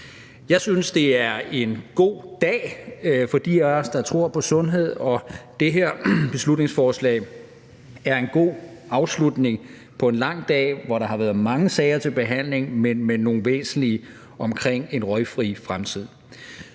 Jeg synes, det er en god dag for de af os, der tror på sundhed, og det her beslutningsforslag er en god afslutning på en lang dag, hvor der har været mange sager til behandling, men nogle væsentlige, omkring en røgfri fremtid.